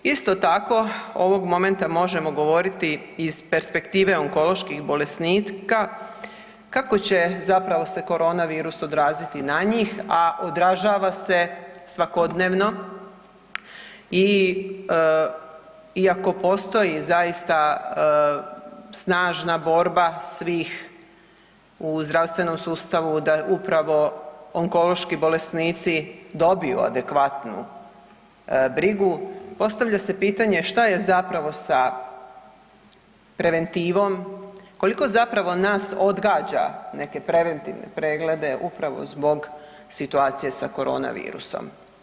Isto tako ovog momenta možemo govoriti iz perspektive onkoloških bolesnika kako će zapravo se korona virus odraziti na njih, a odražava se svakodnevno i iako postoji zaista snažna borba svih u zdravstvenom sustavu da upravo onkološki bolesnici dobiju adekvatnu brigu, postavlja se pitanje šta je zapravo sa preventivom, koliko zapravo nas odgađa neke preventivne preglede upravo zbog situacije sa korona virusom.